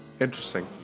Interesting